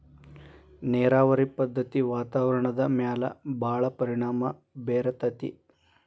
ನೇರಾವರಿ ಪದ್ದತಿ ವಾತಾವರಣದ ಮ್ಯಾಲ ಭಾಳ ಪರಿಣಾಮಾ ಬೇರತತಿ